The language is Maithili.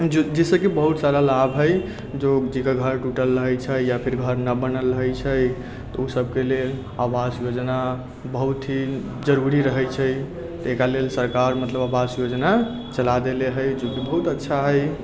जो जइसँ कि बहुत सारा लाभ हय जो जेकर घर टुटल रहै छै या फेर घर न बनल रहै छै तऽ ओ सभके लेल आवास योजना बहुत ही जरूरी रहै छै ताहि के लेल सरकार आवास योजना चला देले हय जोकि बहुत अच्छा हय